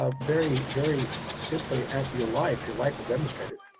ah very, very simply at your life, your life will demonstrate it.